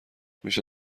میشه